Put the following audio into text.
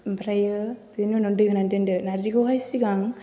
ओमफ्रायो बेनि उनाव दै होनानै दोनदो नारजिखौहाय सिगां